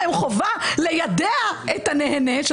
הבנקים ליידע את הנהנה,